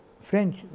French